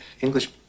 English